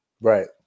Right